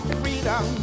freedom